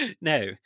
no